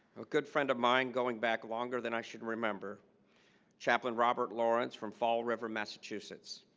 a good friend of mine going back longer than i should remember chaplain robert lawrence from fall river massachusetts